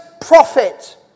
prophet